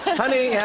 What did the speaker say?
honey! yeah.